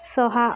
सहा